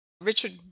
Richard